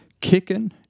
kicking